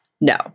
No